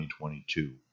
2022